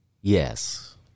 Yes